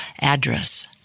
address